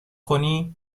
کنی